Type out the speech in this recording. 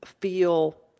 Feel